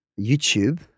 YouTube